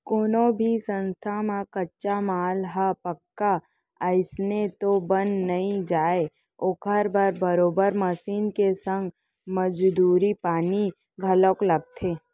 कोनो भी संस्था म कच्चा माल ह पक्का अइसने तो बन नइ जाय ओखर बर बरोबर मसीन के संग मजदूरी पानी घलोक लगथे